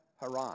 Haran